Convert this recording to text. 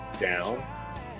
down